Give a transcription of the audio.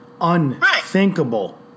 unthinkable